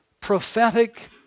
prophetic